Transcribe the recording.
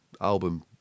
album